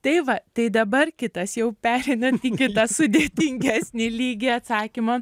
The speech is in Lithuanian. tai va tai dabar kitas jau pereinant į kitą sudėtingesnį lygį atsakymą